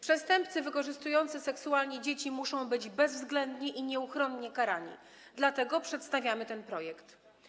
Przestępcy wykorzystujący seksualnie dzieci muszą być bezwzględnie i nieuchronnie karani, dlatego przedstawiamy ten projekt.